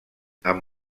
amb